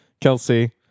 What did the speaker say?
Kelsey